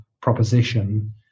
proposition